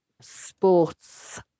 sports